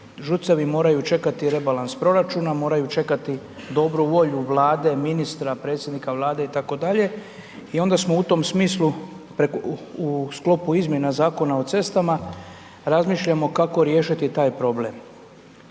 ŽUC-evi moraju čekati rebalans proračuna, moraju čekati dobru volju Vlade, ministra, predsjednika Vlade itd. i onda smo u tom smislu u sklopu izmjena Zakona o cestama razmišljamo kako riješiti taj problem.